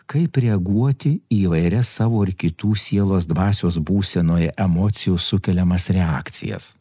kaip reaguoti į įvairias savo ir kitų sielos dvasios būsenoje emocijų sukeliamas reakcijas